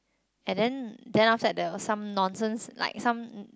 and then then outside there was some nonsense like some